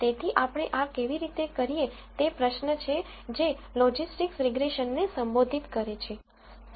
તેથી આપણે આ કેવી રીતે કરીએ તે પ્રશ્ન છે જે લોજિસ્ટિક્સ રીગ્રેસનને સંબોધિત કરે છે